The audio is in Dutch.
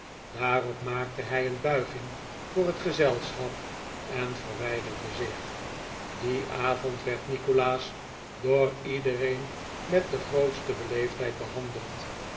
daarop maakte hij een buiging voor het gezelschap en verwijderde zich dieh avond werd nikolaas door iedereen met de grootste beleefdheid behandeld